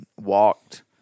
walked